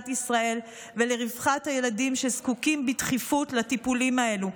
ולרווחת הילדים שזקוקים בדחיפות לטיפולים האלו,